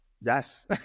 Yes